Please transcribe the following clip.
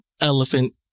elephant